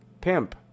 Pimp